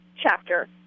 chapter